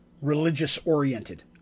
religious-oriented